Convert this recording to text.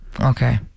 Okay